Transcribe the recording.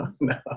No